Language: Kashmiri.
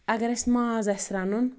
اَگر اَسہِ ماز آسہِ رَنُن